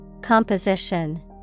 Composition